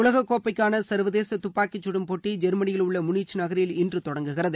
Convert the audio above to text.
உலகக்கோப்பைக்கான சர்வதேச துப்பாக்கிச் சுடும் போட்டி ஜெர்மனியில் உள்ள முனிச் நகரில் இன்று தொடங்குகிறது